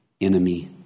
enemy